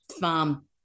farm